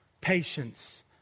patience